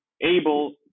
able